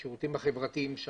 לשירותים החברתיים.